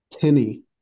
Tinny